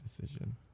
decision